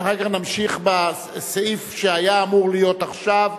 ואחר כך נמשיך בסעיף שהיה אמור להיות עכשיו,